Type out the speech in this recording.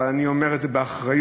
אבל אני אומר את זה באחריות.